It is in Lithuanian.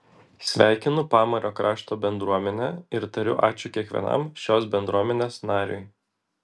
sveikinu pamario krašto bendruomenę ir tariu ačiū kiekvienam šios bendruomenės nariui